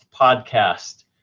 podcast